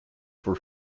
for